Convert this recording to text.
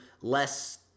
less